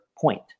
point